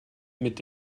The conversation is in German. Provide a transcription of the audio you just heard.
mit